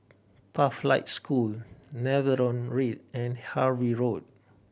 Pathlight School Netheravon Read and Harvey Road